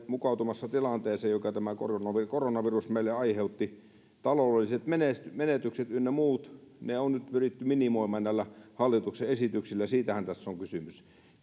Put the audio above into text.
mukautumassa tilanteeseen jonka tämä koronavirus meille aiheutti taloudelliset menetykset menetykset ynnä muut on nyt pyritty minimoimaan näillä hallituksen esityksillä siitähän tässä on kysymys